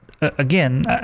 again